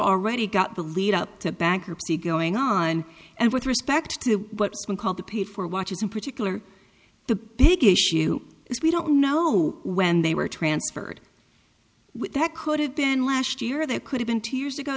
already got the lead up to bankruptcy going on and with respect to what's been called the paid for watches in particular the big issue is we don't know when they were transferred that could have been last year that could have been two years ago